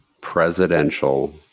presidential